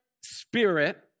spirit